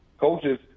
coaches